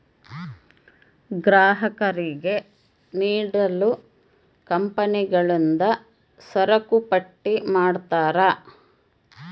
ಗ್ರಾಹಕರಿಗೆ ನೀಡಲು ಕಂಪನಿಗಳಿಂದ ಸರಕುಪಟ್ಟಿ ಮಾಡಿರ್ತರಾ